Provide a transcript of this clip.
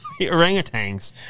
orangutans